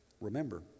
Remember